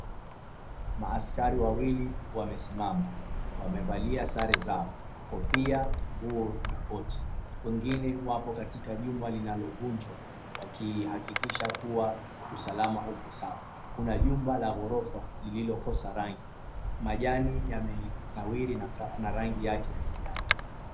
Maaskari wawili wamesimama wamevalia sare zao kofia nguo na koti wapo wengine wapo katika jumba linalovunjwa wakihakikisha kuwa usalama uko sawa. Kuna jumba la ghorofa lililokosa rangi. Majani yamenawiri na rangi yake ya kijani.